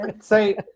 say